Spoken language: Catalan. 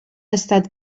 estat